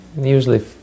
Usually